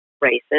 races